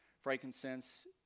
Frankincense